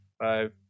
five